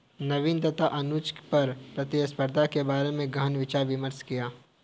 नवीन तथा अनुज ने कर प्रतिस्पर्धा के बारे में गहन विचार विमर्श किया